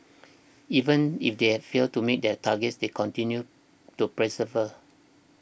even if they failed to meet their targets they continue to persevere